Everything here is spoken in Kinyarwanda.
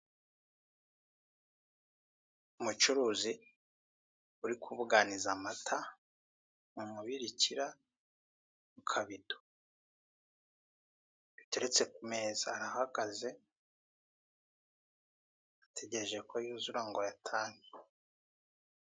Umucuruzi uri kubuganiza amata mu mubirikira, mu kabido biteretse ku meza. Arahagaze ategereje ko yuzura ngo ayatange.